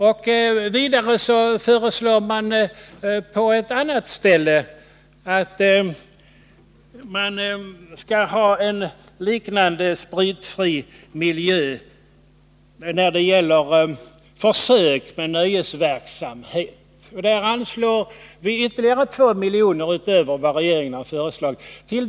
På ett annat ställe föreslår utskottet att man skall ha en liknande spritfri miljö när det gäller försök med nöjesverksamhet. Där vill vi anslå ytterligare 2 miljoner utöver vad regeringen föreslagit.